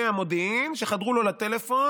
מהמודיעין שחדרו לו לטלפון,